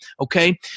okay